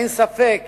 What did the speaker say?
אין ספק